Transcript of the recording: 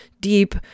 deep